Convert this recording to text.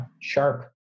sharp